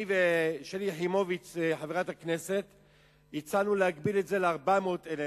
אני וחברת הכנסת שלי יחימוביץ הצענו להגביל את זה ל-400,000.